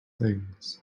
things